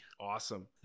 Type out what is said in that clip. Awesome